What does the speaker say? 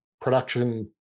production